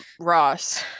Ross